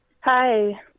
Hi